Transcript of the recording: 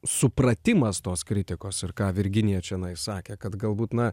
supratimas tos kritikos ir ką virginija čianais sakė kad galbūt na